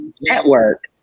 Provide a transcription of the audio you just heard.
network